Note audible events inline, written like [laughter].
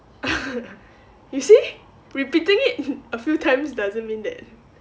[laughs] you see repeating it a few times doesn't mean that